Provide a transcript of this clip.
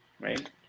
Right